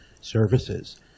services